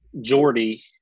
Jordy